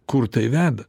kur tai veda